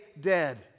dead